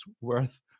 worth